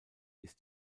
ist